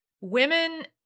women